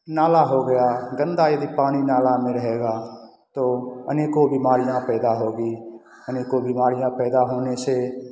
नाला हो गया गंदा यदि पानी नाला में रहेगा तो अनेकों बीमारियाँ पैदा होगी अनेकों बीमारियाँ पैदा होने से